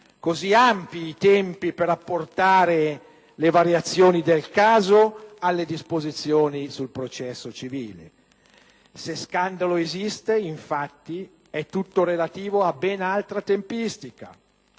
così ampi i tempi per apportare le variazioni del caso alle disposizioni sul processo civile. Se scandalo esiste, infatti, è tutto relativo a ben altra tempistica: